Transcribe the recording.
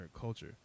culture